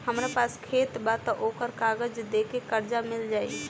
हमरा पास खेत बा त ओकर कागज दे के कर्जा मिल जाई?